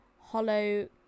Hollow